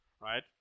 right